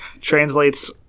translates